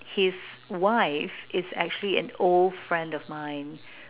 his wife is actually an old friend of mine